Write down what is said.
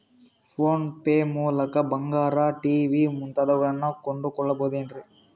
Phone pay ಮೂಲಕ ಬಂಗಾರ, TV ಮುಂತಾದವುಗಳನ್ನ ಕೊಂಡು ಕೊಳ್ಳಬಹುದೇನ್ರಿ?